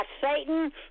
Satan